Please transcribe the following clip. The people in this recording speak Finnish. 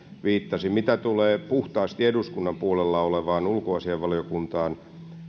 viittasi mitä tulee puhtaasti eduskunnan puolella olevaan ulkoasiainvaliokuntaan